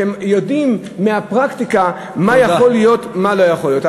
שיודעים מהפרקטיקה מה יכול להיות ומה לא יכול להיות.